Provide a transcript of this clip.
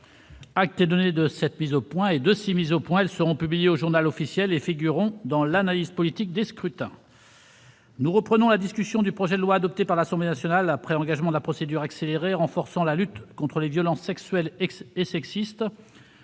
Acte vous est donné de ces mises au point, mes chers collègues. Elles seront publiées au et figureront dans l'analyse politique des scrutins. Nous reprenons la discussion du projet de loi adopté par l'Assemblée nationale, après engagement de la procédure accélérée, renforçant la lutte contre les violences sexuelles et sexistes.